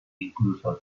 incluso